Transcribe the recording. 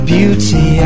Beauty